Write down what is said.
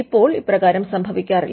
ഇപ്പോൾ ഇപ്രകാരം സംഭവിക്കാറില്ല